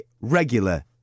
regular